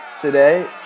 Today